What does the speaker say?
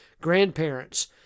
grandparents